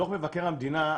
דוח מבקר המדינה,